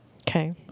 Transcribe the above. Okay